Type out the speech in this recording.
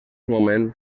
moment